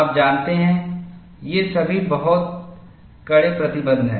आप जानते हैं ये सभी बहुत कड़े प्रतिबंध हैं